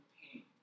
pain